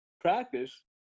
practice